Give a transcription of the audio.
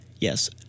yes